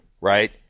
right